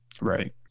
right